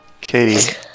Katie